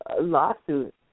lawsuit